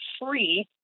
free